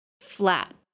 flat